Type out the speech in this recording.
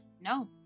No